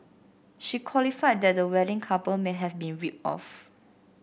she qualified that the wedding couple may have been ripped off